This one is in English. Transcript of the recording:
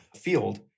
field